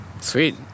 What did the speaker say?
Sweet